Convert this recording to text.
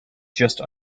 just